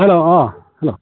hello uh hello